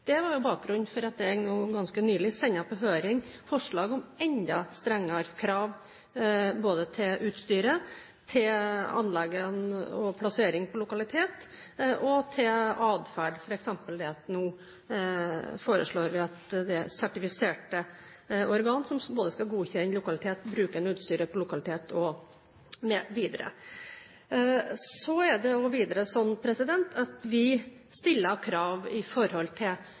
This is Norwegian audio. Det var bakgrunnen for at jeg ganske nylig sendte på høring forslag om enda strengere krav både til utstyret, til anleggene, til plassering når det gjelder lokalitet, og til atferd, f.eks. foreslår vi nå at det er sertifiserte organ som skal godkjenne både lokaliteten og bruken og utstyret. Videre stiller vi også krav til at laksen skal være i merden og ikke utenfor. Vi stiller krav